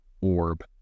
Orb